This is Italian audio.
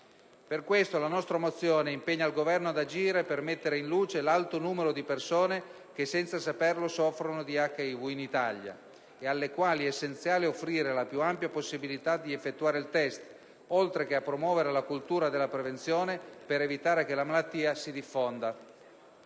Per questo motivo, la nostra mozione impegna il Governo ad agire per mettere in luce l'alto numero di persone che, senza saperlo, soffrono di HIV in Italia e alle quali è essenziale offrire la più ampia possibilità di effettuare il test, oltre che a promuovere la cultura della prevenzione per evitare che la malattia si diffonda.